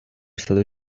سده